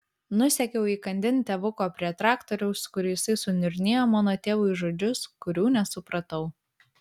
nusekiau įkandin tėvuko prie traktoriaus kur jisai suniurnėjo mano tėvui žodžius kurių nesupratau